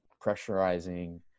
pressurizing